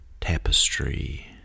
tapestry